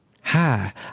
Hi